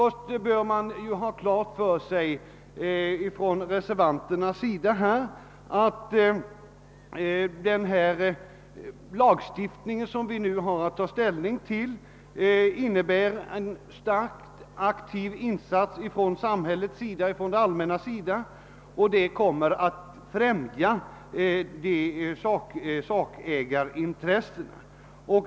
Reservanterna bör ha klart för sig att den lagstiftning, som vi nu har att ta ställning till, innebär en starkt aktiv insats från det allmännas sida och att detta kommer att främja sakägarintres-: sena.